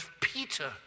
Peter